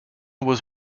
was